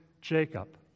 Jacob